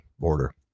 order